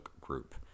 group